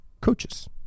coaches